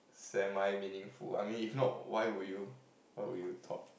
semi meaningful I mean if not why will you why will you talk